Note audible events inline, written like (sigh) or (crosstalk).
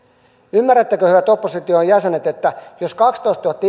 ymmärrättekö hyvät opposition jäsenet että jos kaksitoistatuhatta (unintelligible)